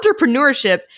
entrepreneurship